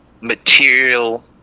material